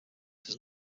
does